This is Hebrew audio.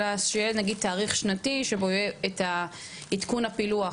אלא שיהיה נגיד תאריך שנתי שבו יהיה את עדכון הפילוח.